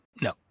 no